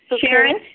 Sharon